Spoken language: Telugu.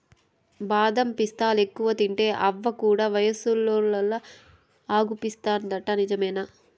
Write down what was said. బాదం పిస్తాలెక్కువ తింటే అవ్వ కూడా వయసున్నోల్లలా అగుపిస్తాదంట నిజమేనా